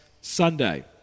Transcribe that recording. Sunday